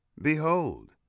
behold